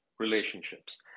relationships